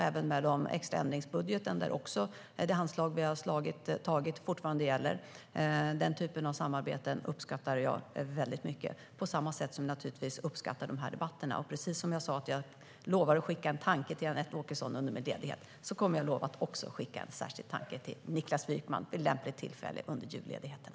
Även i fråga om den extra ändringsbudgeten gäller fortfarande det handslag vi tagit. Den typen av samarbeten uppskattar jag väldigt mycket, på samma sätt som jag naturligtvis uppskattar de här debatterna. Och precis som jag sa att jag lovar att skicka en tanke till Anette Åkesson under min ledighet lovar jag att också skicka en särskild tanke till Niklas Wykman vid lämpligt tillfälle under julledigheten.